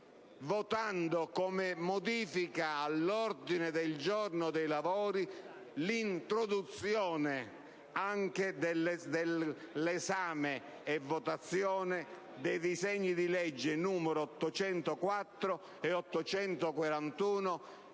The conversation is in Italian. votando come modifica al calendario dei lavori l'introduzione dell'esame e votazione dei disegni di legge nn. 804 e 841